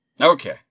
okay